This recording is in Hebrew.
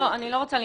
אני לא רוצה לנאום.